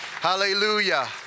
Hallelujah